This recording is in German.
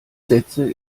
sätze